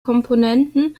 komponenten